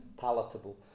palatable